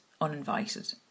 uninvited